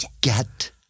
Get